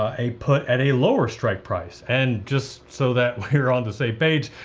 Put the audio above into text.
ah a put at a lower strike price and just so that we're on the same page,